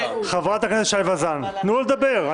חברת הכנסת שי וזאן, תנו לו לדבר.